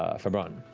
ah febron.